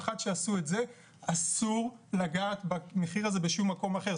משעשו את זה אסור לגעת במחיר הזה בשום מקום אחר.